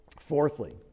Fourthly